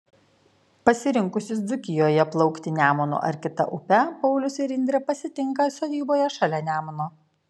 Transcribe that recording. pasirinkusius dzūkijoje plaukti nemunu ar kita upe paulius ir indrė pasitinka sodyboje šalia nemuno